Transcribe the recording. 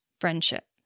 friendship